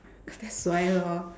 that's why lor